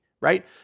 right